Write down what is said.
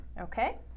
Okay